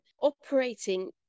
operating